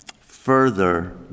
further